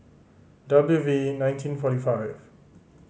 W V nineteen forty five